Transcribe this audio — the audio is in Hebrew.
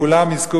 כולם יזכו,